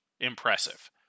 Impressive